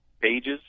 pages